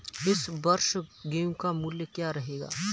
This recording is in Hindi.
इस वर्ष गेहूँ का मूल्य क्या रहेगा?